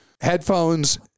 headphones